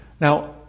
now